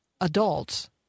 adults